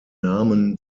namen